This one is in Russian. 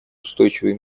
устойчивый